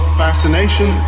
fascination